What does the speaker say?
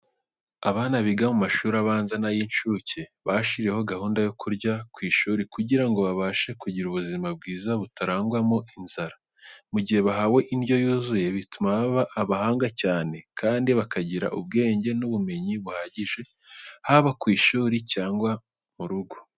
Abana biga mu mashuri abanza n'ay'inshuke bashyiriweho gahunda yo kurya ku ishuri kugira ngo babashe kugira ubuzima bwiza butarangwamo inzara. Mu gihe bahawe indyo yuzuye bituma baba abahanga cyane kandi bakagira ubwenge n'ubumenyi buhagije haba ku ishuri cyangwa no mu rugo.